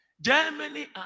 Germany